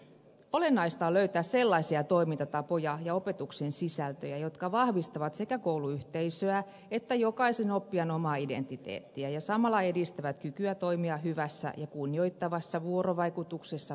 olennaista on löytää sellaisia toimintatapoja ja opetuksen sisältöjä jotka vahvistavat sekä kouluyhteisöä että jokaisen oppijan omaa identiteettiä ja samalla edistävät kykyä toimia hyvässä ja kunnioittavassa vuorovaikutuksessa toisten kanssa